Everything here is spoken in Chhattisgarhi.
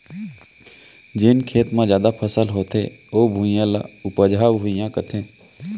जेन खेत म जादा फसल होथे ओ भुइयां, ल उपजहा भुइयां कथें